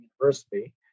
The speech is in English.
University